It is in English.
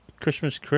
Christmas